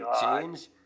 change